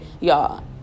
y'all